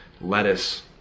lettuce